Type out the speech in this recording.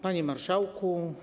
Panie Marszałku!